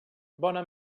bona